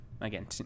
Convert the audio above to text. again